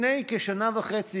לפני כשנה וחצי,